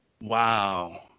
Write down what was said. Wow